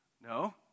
No